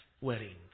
wedding